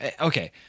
okay